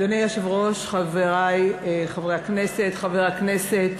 אדוני היושב-ראש, חברי חברי הכנסת, חבר הכנסת